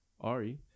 Ari